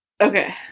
Okay